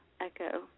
echo